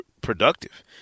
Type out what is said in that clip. productive